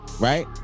right